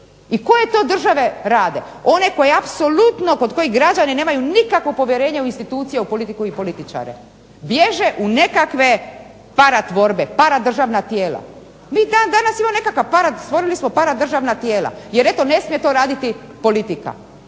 I koje to države rade? One koje apsolutno, kod kojih građani nemaju nikakvo povjerenje u institucije u politiku i političare. Bježe u nekakve paratvorbe, para državna tijela. Mi dan danas imamo nekakva stvorili smo para državna tijela, jer eto ne smije to raditi politika.